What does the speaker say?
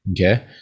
okay